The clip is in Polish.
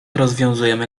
rozwiązujemy